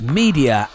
media